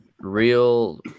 Real